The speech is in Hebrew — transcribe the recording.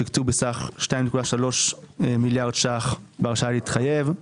תקצוב בסך 2.3 מיליארד ₪ בהרשאה להתחייב.